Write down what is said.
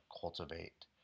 cultivate